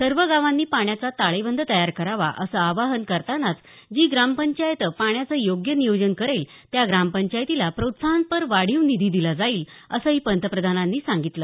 सर्व गावांनी पाण्याचा ताळेबंद तयार करावा असं आवाहन करतानाच जी ग्रामपंचायत पाण्याचं योग्य नियोजन करेल त्या ग्रामपंचायतीला प्रोत्साहनपर वाढीव निधी दिला जाईल असंही पंतप्रधानांनी सांगितलं